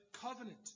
covenant